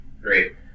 Great